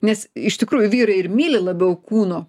nes iš tikrųjų vyrai ir myli labiau kūno